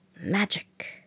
magic